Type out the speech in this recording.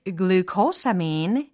glucosamine